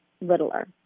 littler